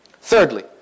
Thirdly